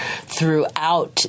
throughout